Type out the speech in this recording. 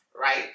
right